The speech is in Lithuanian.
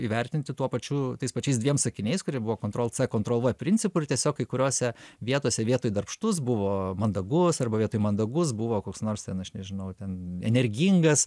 įvertinti tuo pačiu tais pačiais dviem sakiniais kurie buvo kontrol c kontrol v principu ir tiesiog kai kuriose vietose vietoj darbštus buvo mandagus arba vietoj mandagus buvo koks nors ten aš nežinau ten energingas